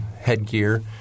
headgear